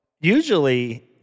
Usually